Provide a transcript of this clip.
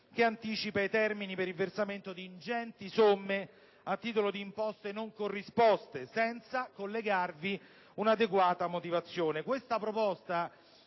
che anticipa i termini per il versamento di ingenti somme a titolo di imposte non corrisposte senza collegarvi un'adeguata motivazione. Questa proposta,